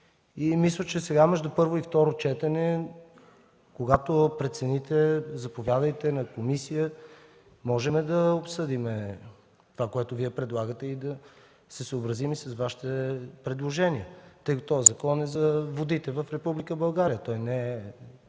и мисля, че между първо и второ четене, когато прецените, заповядайте на комисия, можем да обсъдим това, което Вие предлагате и да се съобразим с Вашите предложения, тъй като този закон е за водите в Република България – той не е